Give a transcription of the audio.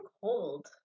cold